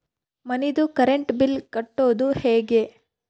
ಮನಿದು current bill ಕಟ್ಟೊದು ಹೇಗೆ?